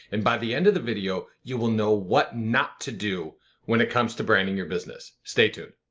and by the end of the video you will know what not to do when it comes to branding your business. stay tuned.